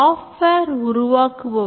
இதற்கு எiஐல் பொறுத்தமானது